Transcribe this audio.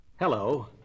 Hello